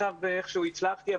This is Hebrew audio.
עכשיו איכשהו הצלחתי.